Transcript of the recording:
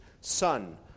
son